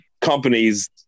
companies